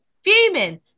Fuming